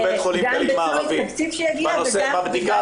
גם ב- -- התקציב שיגיע וגם --- בבדיקה